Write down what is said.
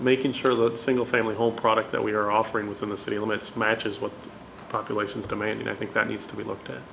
making sure that single family home product that we are offering within the city limits matches what populations demand and i think that needs to be looked at